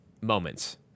moments